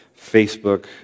Facebook